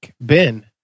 Ben